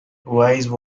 wise